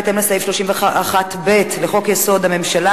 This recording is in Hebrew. בהתאם לסעיף 31(ב) לחוק-יסוד: הממשלה,